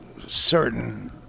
certain